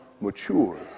mature